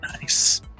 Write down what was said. nice